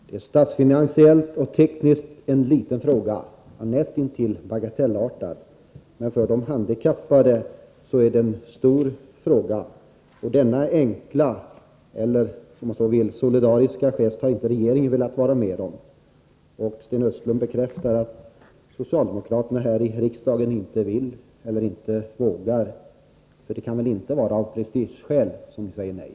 Det är statsfinansiellt och tekniskt en liten fråga, näst intill bagatellartad, men för de handikappade är det en stor fråga. Och denna enkla — eller solidariska gest, om man så vill — har regeringen inte velat vara med om. Sten Östlund bekräftar att socialdemokraterna här i riksdagen inte vill eller inte vågar följa vårt förslag — för det kan väl inte vara av prestigeskäl som ni säger nej?